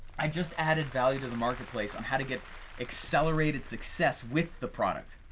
i just added value to the marketplace on how to get accelerated success with the product.